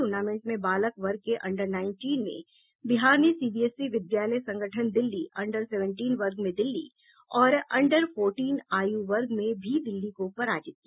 tournament में बालक वर्ग के अंडर नाइनटीन में बिहार ने सीबीएसई विद्यालय संगठन दिल्ली अन्डर सेवेंटीन वर्ग में दिल्ली और अन्डर फोरटीन आयु वर्ग में भी दिल्ली को पराजित किया